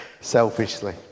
selfishly